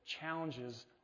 challenges